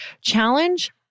challenge